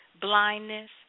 Blindness